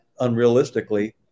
unrealistically